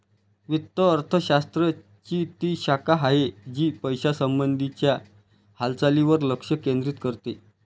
वित्त अर्थशास्त्र ची ती शाखा आहे, जी पैशासंबंधी च्या हालचालींवर लक्ष केंद्रित करते